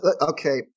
Okay